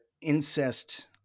incest